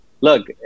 look